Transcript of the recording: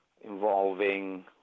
involving